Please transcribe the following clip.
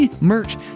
merch